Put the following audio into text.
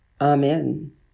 Amen